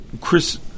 Chris